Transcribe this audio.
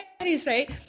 right